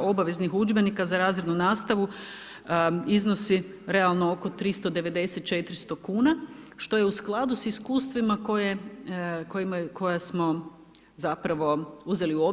obaveznih udžbenika, za razrednu nastavu, iznosi realno oko 390-400 kn, što je u skladu s iskustvima, koje smo zapravo uzeli u obzir.